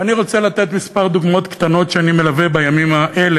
ואני רוצה לתת כמה דוגמאות קטנות שאני מלווה בימים האלה,